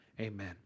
Amen